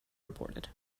reported